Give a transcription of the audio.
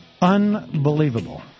Unbelievable